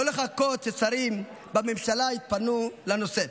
לא לחכות ששרים בממשלה יתפנו לנושא,